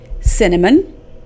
cinnamon